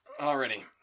already